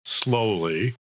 slowly